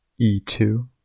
e2